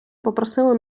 попросили